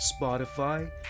Spotify